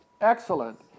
excellent